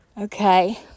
okay